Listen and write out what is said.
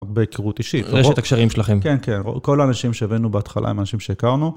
בהיכרות אישית. רשת הקשרים שלכם. כן, כן. כל האנשים שהבאנו בהתחלה הם אנשים שהיכרנו.